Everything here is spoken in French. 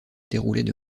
déroulaient